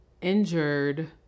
injured